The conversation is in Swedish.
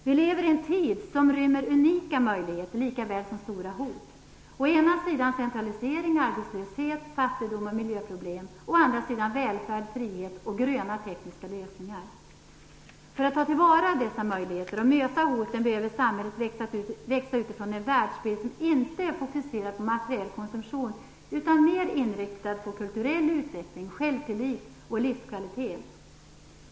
Vi lever i en tid som rymmer unika möjligheter likväl som stora hot. Å ena sidan har vi centralisering, arbetslöshet, fattigdom och miljöproblem, å andra sidan har vi välfärd, frihet och gröna tekniska lösningar. För att ta till vara på dessa möjligheter och möta hoten, behöver samhället växa ut från en världsbild som inte är fokuserad på materiell konsumtion, utan som mer är inriktad på kulturell utveckling, självtillit och livskvalitet.